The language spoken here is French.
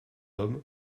homme